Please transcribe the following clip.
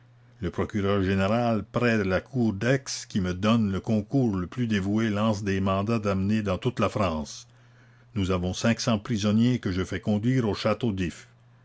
le procureur général près la cour d'aix qui me donne le concours le plus dévoué lance des mandats d'amener dans toute la france nous avons cinq cents prisonniers que je fais conduire au château d'if